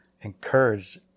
encourage